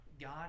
God